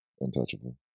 Untouchable